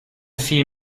viel